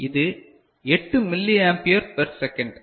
இது 8 milliampere per second